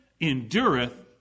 endureth